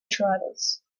travels